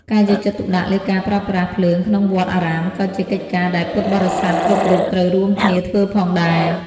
ការយកចិត្តទុកដាក់លើការប្រើប្រាស់ភ្លើងក្នុងវត្តអារាមក៏ជាកិច្ចការដែលពុទ្ធបរិស័ទគ្រប់រូបត្រូវរួមគ្នាធ្វើផងដែរ។